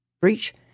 breach